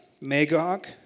Magog